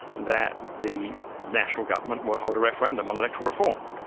that the national government would hold a referendum on electoral reform.